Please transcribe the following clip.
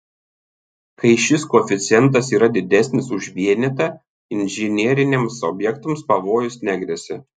kai šis koeficientas yra didesnis už vienetą inžineriniams objektams pavojus negresia